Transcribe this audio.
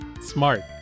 smart